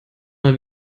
mal